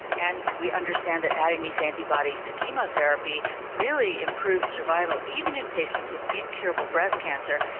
and we understand that adding these antibodies to chemotherapy really improves survival, even in patients with incurable breast cancer,